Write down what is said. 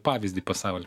pavyzdį pasauly